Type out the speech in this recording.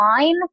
line